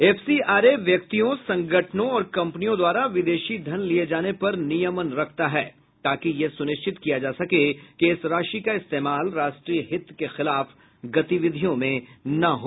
FCRA व्यक्तियों संगठनों और कंपनियों द्वारा विदेशी धन लिए जाने पर नियमन रखता है ताकि यह सुनिश्चित किया जा सके कि इस राशि का इस्तेमाल राष्ट्रीय हित के खिलाफ गतिविधियों में न हो